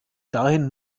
dahin